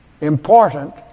important